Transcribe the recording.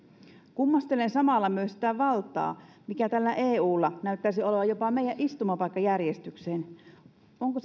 kummastelen samalla myös sitä valtaa mikä eulla näyttäisi olevan jopa meidän istumapaikkajärjestykseen onko